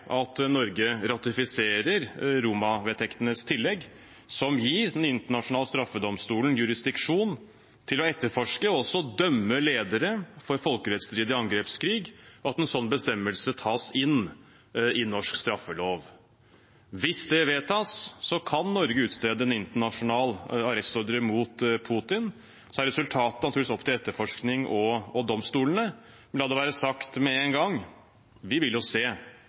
at Norge ratifiserer Roma-vedtektenes tillegg, som gir Den internasjonale straffedomstolen jurisdiksjon til å etterforske og også dømme ledere for folkerettsstridig angrepskrig, og at en sånn bestemmelse tas inn i norsk straffelov. Hvis det vedtas, kan Norge utstede en internasjonal arrestordre mot Putin. Resultatet er naturligvis opp til etterforskningen og domstolene, men la det være sagt med en gang: Vi vil jo se